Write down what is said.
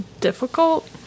difficult